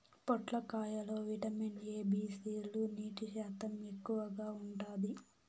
పొట్లకాయ లో vitamin A, B, C లు, నీటి శాతం ఎక్కువగా ఉంటాది